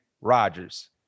Rodgers